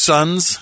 Sons